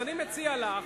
אני מציע לך,